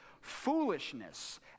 foolishness